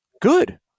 good